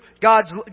God's